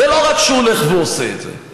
זה לא רק שהוא הולך ועושה את זה,